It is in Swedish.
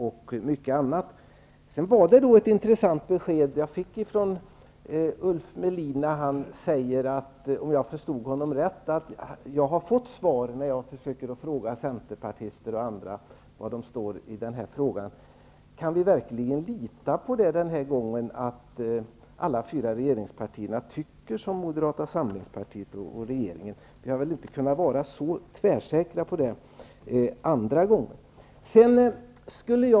Jag fick ett intressant besked av Ulf Melin när han sade -- om jag förstod honom rätt -- att jag har fått svar på mina frågor till centerpartister och andra om var de står i den här frågan. Kan vi den här gången verkligen lita på att alla fyra regeringspartier tycker som Moderata samlingspartiet? Vi har inte alltid kunnat vara så tvärsäkra på det.